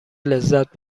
لذت